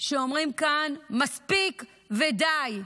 שאומרים כאן: מספיק ודי.